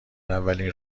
اولین